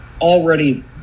already